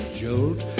jolt